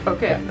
Okay